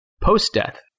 post-death